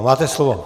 Máte slovo.